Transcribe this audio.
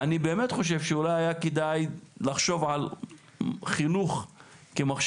אני באמת חושב שאולי היה כדאי לחשוב על חינוך כמכשיר